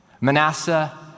Manasseh